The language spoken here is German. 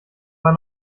war